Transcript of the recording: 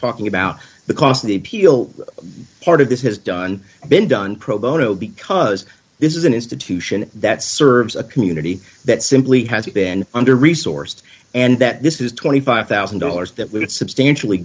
talking about the cost of the appeal part of this has done been done pro bono because this is an institution that serves a community that simply has been under resourced and that this is twenty five thousand dollars that would substantially